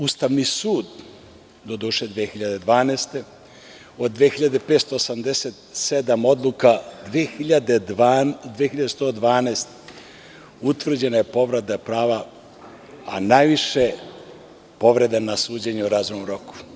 Ustavni sud 2012. godine od 2.587 odluka, u 2.112 utvrđena je povreda prava, a najviše povreda na suđenje u razumnom roku.